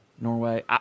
Norway